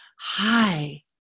hi